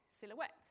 silhouette